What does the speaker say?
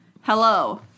Hello